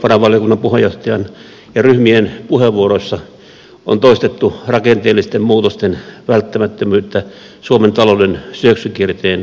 valtiovarainvaliokunnan puheenjohtajan ja ryhmien puheenvuoroissa on toistettu rakenteellisten muutosten välttämättömyyttä suomen talouden syöksykierteen katkaisemiseksi